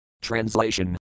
Translation